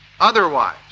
Otherwise